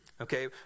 Okay